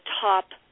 top